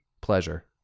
pleasure